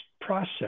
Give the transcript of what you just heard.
process